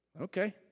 Okay